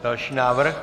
Další návrh.